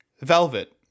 Velvet